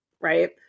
right